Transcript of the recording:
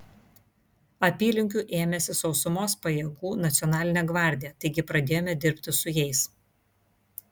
apylinkių ėmėsi sausumos pajėgų nacionalinė gvardija taigi pradėjome dirbti su jais